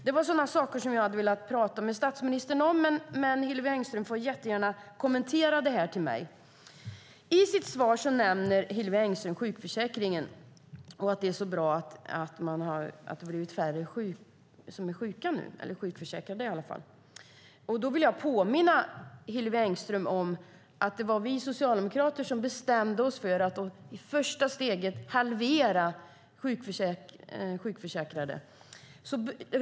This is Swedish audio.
Det var sådana saker som jag hade velat prata med statsministern om, men Hillevi Engström får jättegärna kommentera detta. I sitt svar nämner Hillevi Engström sjukförsäkringen. Hon säger att det är så bra att det har blivit färre som är sjuka nu. Jag vill påminna Hillevi Engström om att det var vi socialdemokrater som bestämde oss för att i ett första steg halvera detta.